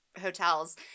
hotels